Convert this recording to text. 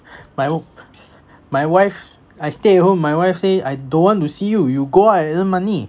but I hope my wife I stay at home my wife say I don't want to see you you go out and earn money